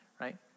right